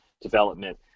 development